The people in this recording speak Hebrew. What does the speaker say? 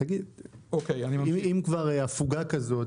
אם כבר הפוגה כזאת,